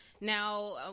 Now